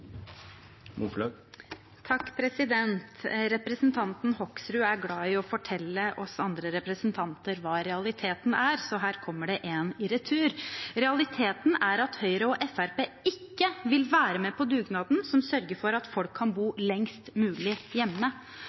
fortelle oss andre representanter hva realiteten er, så her kommer det en i retur. Realiteten er at Høyre og Fremskrittspartiet ikke vil være med på dugnaden som sørger for at folk kan bo hjemme lengst mulig.